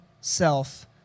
self